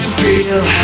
feel